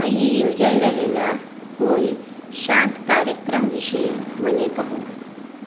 અહીં યોજાઈ રહેલાં કોઈ શાંત કાર્યક્રમ વિશે મને કહો